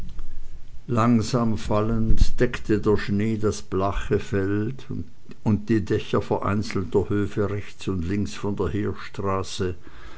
langsam fallend deckte der schnee das blache feld und die dächer vereinzelter höfe rechts und links von der heerstraße